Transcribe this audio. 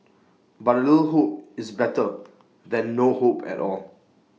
but A little hope is better than no hope at all